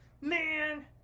man